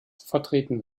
vertreten